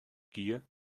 gier